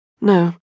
No